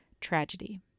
tragedy